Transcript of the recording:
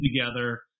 together